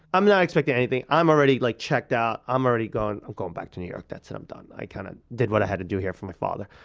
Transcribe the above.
i'm not expecting anything, i'm already like checked out, i'm already going i'm going back to new york, that's it, i'm done, i kinda kind of did what i had to do here for my father.